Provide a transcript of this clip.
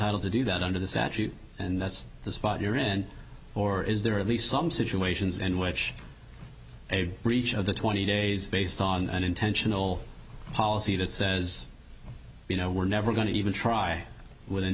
entitle to do that under the statute and that's the spot you're in or is there at least some situations in which a breach of the twenty days based on an intentional hall see that says you know we're never going to even try within